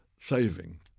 saving